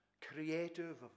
creative